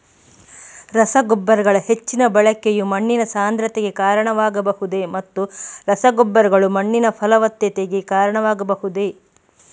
ರಸಗೊಬ್ಬರಗಳ ಹೆಚ್ಚಿನ ಬಳಕೆಯು ಮಣ್ಣಿನ ಸಾಂದ್ರತೆಗೆ ಕಾರಣವಾಗಬಹುದೇ ಮತ್ತು ರಸಗೊಬ್ಬರಗಳು ಮಣ್ಣಿನ ಫಲವತ್ತತೆಗೆ ಕಾರಣವಾಗಬಹುದೇ?